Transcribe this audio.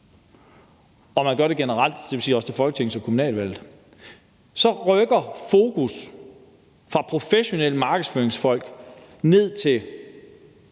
og gør det generelt, dvs. også til folketings- og kommunalvalg, rykker fokus for professionelle markedsføringsfolk ned til